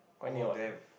oh damn